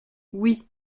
oui